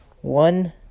one